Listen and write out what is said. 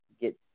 get